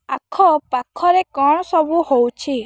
ଆଖପାଖରେ କ'ଣ ସବୁ ହେଉଛି